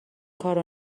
کارو